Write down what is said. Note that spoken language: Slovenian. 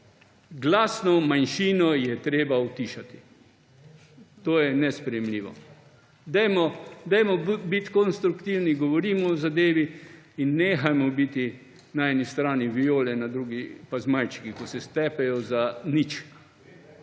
Glasno manjšino je treba utišati – to je nesprejemljivo. Dajmo biti konstruktivni, govorimo o zadevi in nehajmo biti na eni strani Viole, na drugi pa Zmajčki, ki se stepejo za nič